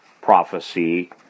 prophecy